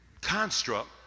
construct